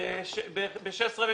ב-2015,